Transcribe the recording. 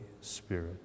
spirit